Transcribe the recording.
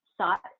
sought